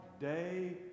day